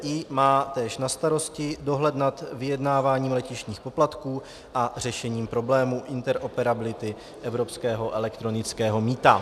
ÚPDI má též na starosti dohled nad vyjednáváním letištních poplatků a řešením problémů interoperability evropského elektronického mýta.